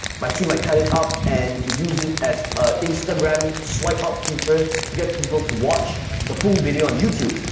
my team might cut it up and use it as a instagram swipe up feature to get people to watch the full video on youtube.